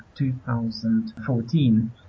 2014